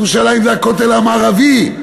ירושלים זה הכותל המערבי.